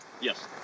yes